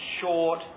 short